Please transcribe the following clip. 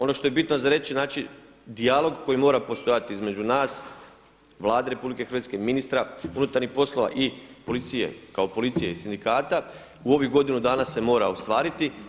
Ono što je bitno za reći znači dijalog koji mora postojati između nas, Vlade RH, ministra unutarnjih poslova i policije kao policije i sindikata u ovih godinu dana se mora ostvariti.